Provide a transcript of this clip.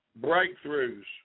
breakthroughs